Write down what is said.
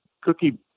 Cookie